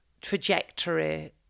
trajectory